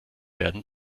werden